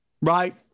right